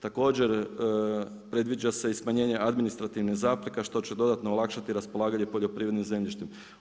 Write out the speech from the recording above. Također predviđa se i smanjenje administrativnih zapreka što će dodatno olakšati raspolaganjem poljoprivrednim zemljištem.